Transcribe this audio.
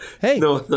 Hey